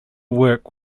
work